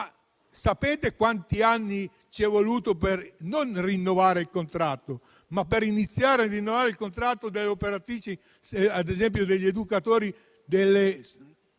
Sapete quanti anni ci è voluto per non rinnovare il contratto, ma per iniziare a rinnovare il contratto delle operatrici, ad esempio degli educatori delle comunità